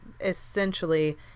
essentially